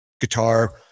guitar